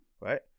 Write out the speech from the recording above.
right